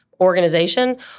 organization